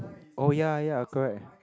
oh ya ya correct